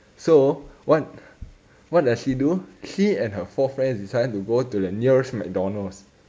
so what what does she do she and her four friends decided to go the nearest mcdonald's